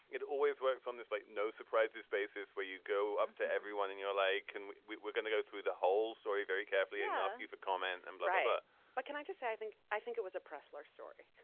it always works on this like no surprises basis where you go up to everyone in your life can we're we're going to go through the whole story very carefully and yeah ask you for comment and but but can i just say i think i think it was a press last story.